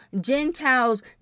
Gentiles